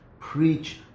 preach